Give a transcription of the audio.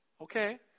Okay